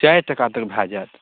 चारि टका तक भए जाएत